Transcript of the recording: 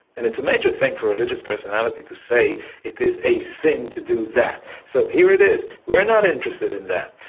and it's a major thing for a religious personality to say it is a sin to do that. so here it is. we're not interested in that.